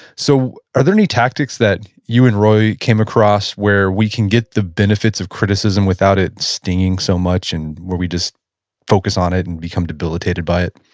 so are there any tactics that you and roy came across where we can get the benefits of criticism without it stinging so much and where we just focus on it and become debilitated by it?